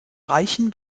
reichen